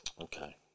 Okay